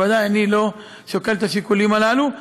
ודאי שאני לא שוקל את השיקולים הללו.